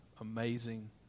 amazing